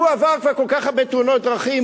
הוא עבר כבר כל כך הרבה תאונות דרכים,